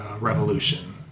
revolution